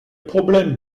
problème